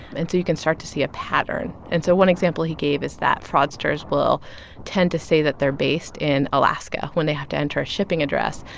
and so you can start to see a pattern and so one example he gave is that fraudsters will tend to say that they're based in alaska when they have to enter a shipping address,